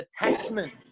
attachment